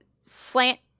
Slant